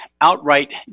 outright